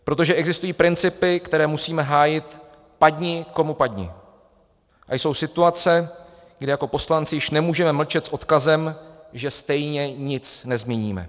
Protože existují principy, které musíme hájit padni komu padni, a jsou situace, kdy jako poslanci již nemůžeme mlčet s odkazem, že stejně nic nezměníme.